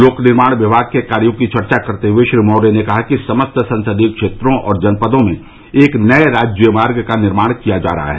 लोक निर्माण विभाग के कार्यों की चर्चा करते हुए श्री मौर्य ने कहा कि समस्त संसदीय क्षेत्रों जनपदों में एक नये राज्यमार्ग का निर्माण किया जा रहा है